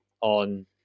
on